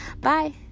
bye